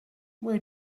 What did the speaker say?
where